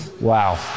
wow